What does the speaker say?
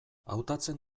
hautatzen